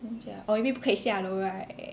老人家 orh you mean 不可以下楼 right